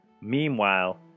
Meanwhile